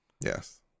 Yes